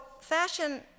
fashion